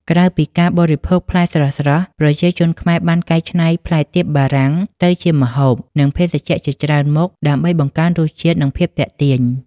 ក្រៅពីការបរិភោគផ្លែស្រស់ៗ ប្រជាជនខ្មែរបានកែច្នៃផ្លែទៀបបារាំងទៅជាម្ហូប និងភេសជ្ជៈជាច្រើនមុខដើម្បីបង្កើនរសជាតិ និងភាពទាក់ទាញ។